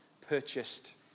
purchased